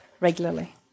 regularly